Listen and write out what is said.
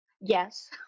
yes